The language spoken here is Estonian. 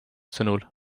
sõnul